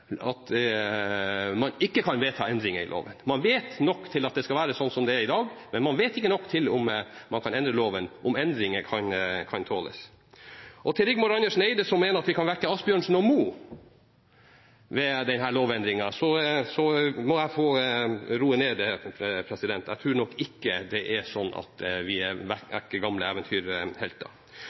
at de vet nok til at man ikke kan vedta endringer i loven. Man vet nok til at det skal være slik som det er i dag, men man vet ikke nok til å vite om endringer av loven kan tåles. Til Rigmor Andersen Eide, som mener at vi kan vekke Asbjørnsen og Moe ved denne lovendringen: Jeg må få roe henne ned – jeg tror nok ikke det er slik at vi vekker gamle eventyrhelter. «Utredning av konsekvenser» nevnes også, men det er